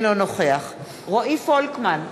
אינו נוכח רועי פולקמן,